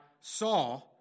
saw